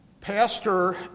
Pastor